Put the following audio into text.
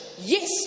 Yes